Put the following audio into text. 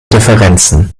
differenzen